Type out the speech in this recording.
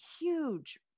huge